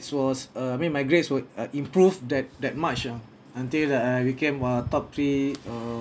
it was uh I mean my grades would uh improve that that much ah until that I became a to three uh